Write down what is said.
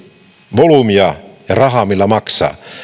volyymia ja rahaa millä maksaa